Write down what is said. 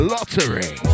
Lottery